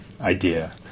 idea